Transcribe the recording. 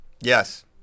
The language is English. Yes